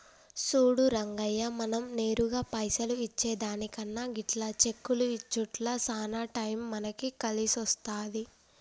సూడు రంగయ్య మనం నేరుగా పైసలు ఇచ్చే దానికన్నా గిట్ల చెక్కులు ఇచ్చుట్ల సాన టైం మనకి కలిసొస్తాది